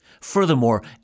Furthermore